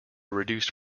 reduced